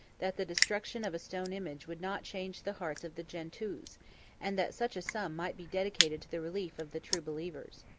that the destruction of a stone image would not change the hearts of the gentoos and that such a sum might be dedicated to the relief of the true believers.